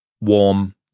warm